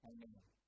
Amen